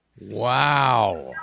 Wow